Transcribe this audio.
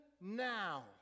now